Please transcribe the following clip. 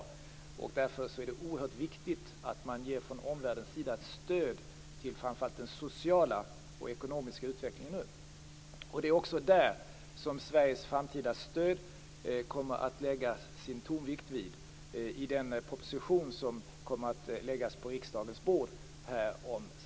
Det är därför oerhört viktigt att man från omvärldens sida ger ett stöd till framför allt den sociala och den ekonomiska utvecklingen. Därvid kommer också tonvikten i Sveriges framtida stöd att läggas i den proposition om samarbetet med Central och Östeuropa som kommer att läggas på riksdagens bord.